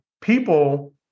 people